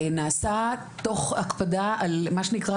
נעשה תוך הקפדה על מה שנקרא,